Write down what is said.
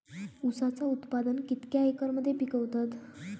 ऊसाचा उत्पादन कितक्या एकर मध्ये पिकवतत?